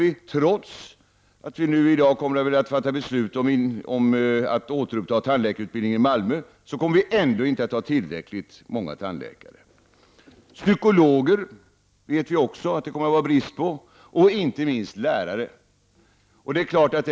Vi kommer inte heller att ha tillräckligt många tandläkare, trots att vi nu i dag kommer att fatta beslut om att återuppta tandläkarutbildningen i Malmö. Vi vet också att vi kommer att ha brist på psykologer och lärare.